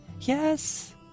yes